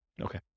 Okay